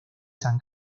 san